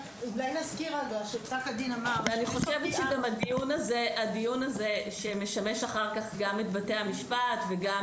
ואני חושבת שגם הדיון הזה שמשמש אחר כך גם את בתי המשפט וגם